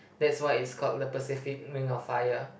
that's why it's called the Pacific Ring of Fire